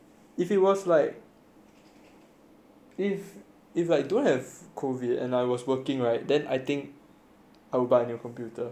if if I don't have COVID and I was working [right] then I think I would buy a new computer cause I will earn more money ah